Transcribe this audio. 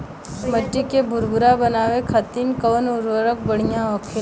मिट्टी के भूरभूरा बनावे खातिर कवन उर्वरक भड़िया होखेला?